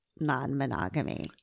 Non-monogamy